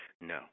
No